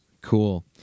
Cool